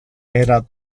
era